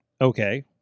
okay